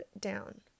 down